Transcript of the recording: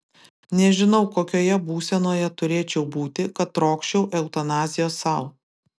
nežinau kokioje būsenoje turėčiau būti kad trokščiau eutanazijos sau